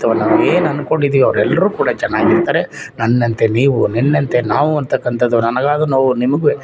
ಅಥ್ವಾ ನಾವು ಏನು ಅಂದ್ಕೊಂಡಿದ್ದೀವಿ ಅವ್ರು ಎಲ್ರೂ ಕೂಡ ಚೆನ್ನಾಗಿರ್ತಾರೆ ನನ್ನಂತೆ ನೀವು ನಿನ್ನಂತೆ ನಾವು ಅಂತಕ್ಕಂಥದ್ದು ನನಗಾದ ನೋವು ನಿಮ್ಗೂ